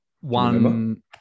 one